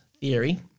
theory